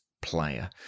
player